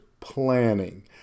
planning